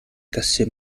cassé